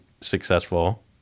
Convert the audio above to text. successful